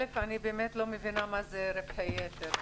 אל"ף, אני באמת לא מבינה מה זה רווחי יתר?